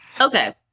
Okay